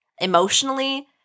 emotionally